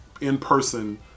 in-person